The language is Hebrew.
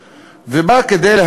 אבל הוא כהניסט לכל דבר ועניין,